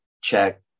check